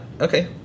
Okay